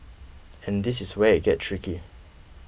and this is where it gets tricky